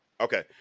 Okay